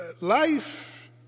life